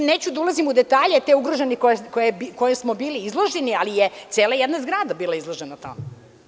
Neću da ulazim u detalje, te ugroženi koje smo bili izloženi, ali je cela jedna zgrada bila izložena tome.